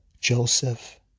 Joseph